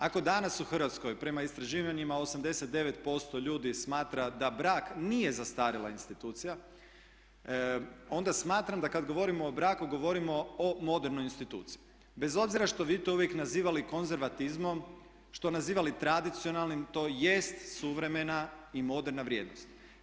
Ako danas u Hrvatskoj prema istraživanjima 89Ž% ljudi smatra da brak nije zastarila institucija onda smatram da kad govorimo o braku govorimo o modernoj instituciji bez obzira što vi to uvijek nazivali konzervatizmom, što nazivali tradicionalnim, to jest suvremena i moderna vrijednost.